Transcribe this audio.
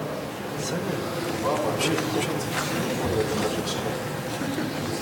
חברי הכנסת, ידידי